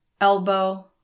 elbow